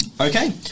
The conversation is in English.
Okay